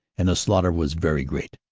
and the slaughter was very great.